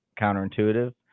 counterintuitive